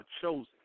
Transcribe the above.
chosen